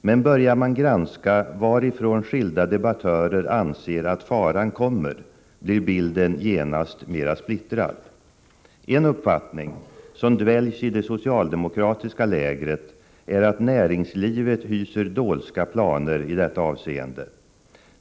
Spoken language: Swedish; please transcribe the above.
Men börjar man granska varifrån skilda debattörer anser att faran kommer blir bilden genast mera splittrad. En uppfattning som dväljs i det socialdemokratiska lägret är att näringslivet hyser dolska planer i detta avseende.